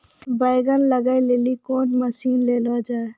बैंगन लग गई रैली कौन मसीन ले लो जाए?